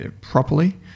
properly